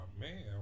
Man